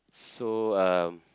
so um